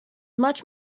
much